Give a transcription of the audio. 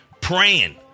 praying